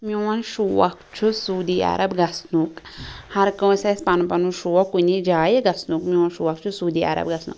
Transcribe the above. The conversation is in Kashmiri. میٛون شوق چھُ سعوٗدی عَرَب گَژھنُک ہر کٲنٛسہِ آسہِ پَنن پَنن شوق کُنہِ جایہ گَژھنُک میٛون شوق چھُ سعوٗدی عَرَب گَژھنُک